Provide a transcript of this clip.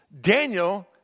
Daniel